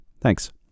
Thanks